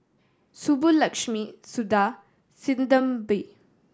Subbulakshmi Suda Sinnathamby